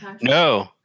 No